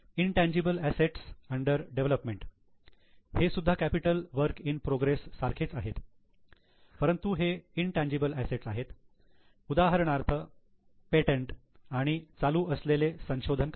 intangible assets under development हे सुद्धा capital work in progress सारखेच आहे परंतु हे इनटेनजीबल असेट्स आहेत उदाहरणार्थ पेटंट आणि चालू असलेले संशोधन कार्य